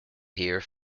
here